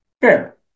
Fair